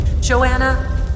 Joanna